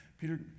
Peter